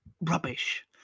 rubbish